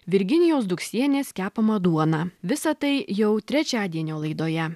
virginijos duksienės kepamą duoną visa tai jau trečiadienio laidoje